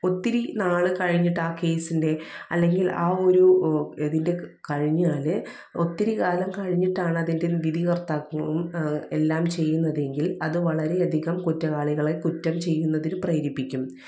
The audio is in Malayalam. ഒത്തിരി നാൾ കഴിഞ്ഞിട്ട് ആ കേസിൻ്റെ അല്ലെങ്കിൽ ആ ഒരു അതിൻ്റെ കഴിഞ്ഞാൽ ഒത്തിരിക്കാലം കഴിഞ്ഞിട്ടാണ് അതിൻ്റെ വിധി കർത്താക്കളും എല്ലാം ചെയ്യുന്നതെങ്കിൽ അത് വളരെയധികം കുറ്റവാളികളെ കുറ്റം ചെയ്യുന്നതിൽ പ്രേരിപ്പിക്കും